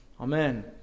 Amen